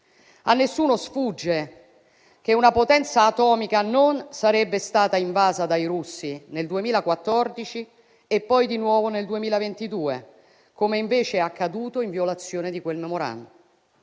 A nessuno sfugge che una potenza atomica non sarebbe stata invasa dai russi nel 2014 e poi di nuovo nel 2022, come invece è accaduto in violazione di quel *memorandum*.